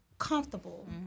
comfortable